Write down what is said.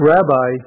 Rabbi